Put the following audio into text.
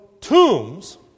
tombs